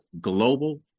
global